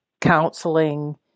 counseling